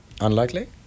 Unlikely